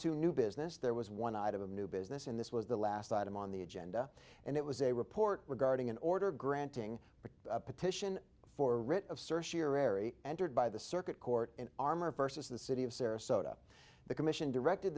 to new business there was one item of new business in this was the last item on the agenda and it was a report regarding an order granting the petition for writ of certiorari entered by the circuit court in armor versus the city of sarasota the commission directed